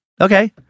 okay